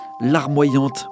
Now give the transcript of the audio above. larmoyante